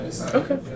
Okay